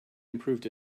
improved